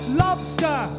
lobster